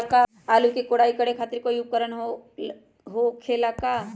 आलू के कोराई करे खातिर कोई उपकरण हो खेला का?